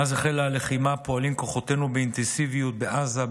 מאז החלה הלחימה פועלים כוחותינו באינטנסיביות בעזה,